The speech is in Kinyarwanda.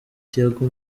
thiago